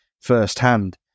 firsthand